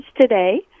today